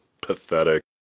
pathetic